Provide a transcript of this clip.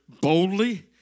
boldly